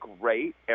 great